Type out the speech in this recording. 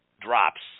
drops